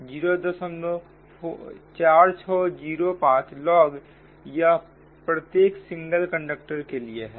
04605 log यह प्रत्येक single conductor के लिए है